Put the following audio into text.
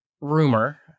rumor